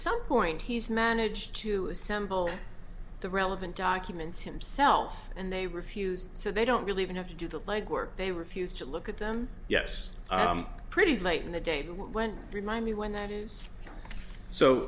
some point he's managed to assemble the relevant documents himself and they refused so they don't really even have to do the legwork they refused to look at them yes i'm pretty late in the day when remind me when that is so